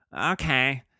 okay